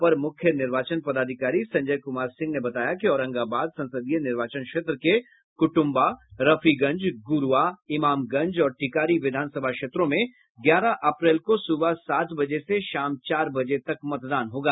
अपर मुख्य निर्वाचन पदाधिकारी संजय कुमार सिंह ने बताया कि औरंगाबाद संसदीय निर्वाचन क्षेत्र के कुटुम्बा रफीगंज गुरूआ इमामगंज और टिकारी विधानसभा क्षेत्रों में ग्यारह अप्रैल को सुबह सात बजे से शाम चार बजे तक मतदान होगा